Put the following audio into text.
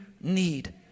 need